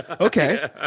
Okay